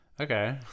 Okay